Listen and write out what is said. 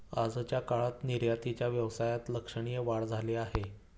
आजच्या काळात निर्यातीच्या व्यवसायात लक्षणीय वाढ झाली आहे